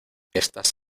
estás